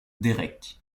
derek